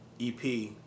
EP